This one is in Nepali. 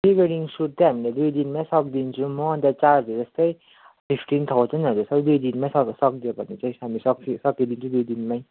प्री वेडिङ सुट चाहिँ हामीले दुई दिनमै सकिदिन्छौँ हो अन्त चार्जहरू यस्तै फिप्टिन थाउजनहरू छ हौ दुई दिनमै सक् सकिदियो भने चाहिँ हामी सक्छु सकिदिन्छौँ दुई दिनमै